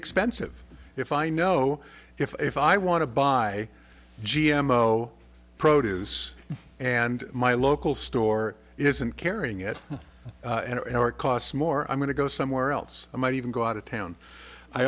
expensive if i know if i want to buy g m o produce and my local store isn't carrying it and it costs more i'm going to go somewhere else i might even go out of town i